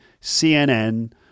CNN